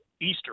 Easter